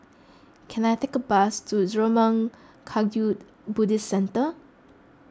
can I take a bus to Zurmang Kagyud Buddhist Centre